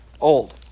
old